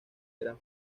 gran